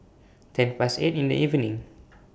ten Past eight in The evening